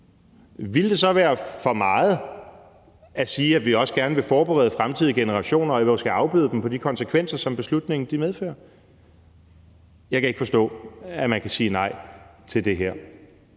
Ville det så være for meget at sige, at vi også gerne vil forberede fremtidige generationer og måske afbøde de konsekvenser for dem, som beslutningerne medfører? Kl. 15:18 Jeg kan ikke forstå, at man kan sige nej til det her.